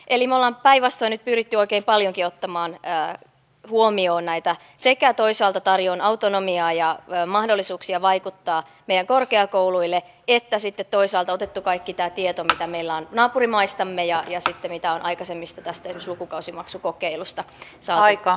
eli me olemme päinvastoin nyt pyrkineet oikein paljonkin ottamaan huomioon näitä sekä toisaalta tarjoamaan autonomiaa ja mahdollisuuksia meidän korkeakouluille vaikuttaa että sitten toisaalta ottaneet kaiken tämän tiedon mitä meillä on naapurimaistamme ja mitä on aikaisemmista esimerkiksi lukukausimaksukokeiluista saatu palautetta